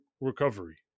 recovery